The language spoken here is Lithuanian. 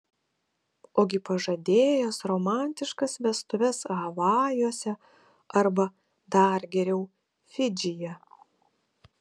ogi pažadėjęs romantiškas vestuves havajuose arba dar geriau fidžyje